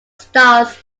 stars